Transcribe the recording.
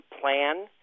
plan